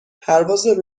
پرواز